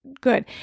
good